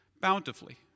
bountifully